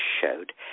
showed